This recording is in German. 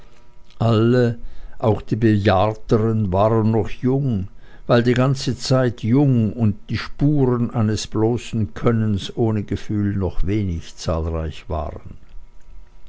alle auch die bejahrteren waren noch jung weil die ganze zeit jung und die spuren eines bloßen könnens ohne gefühl noch wenig zahlreich waren